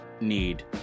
need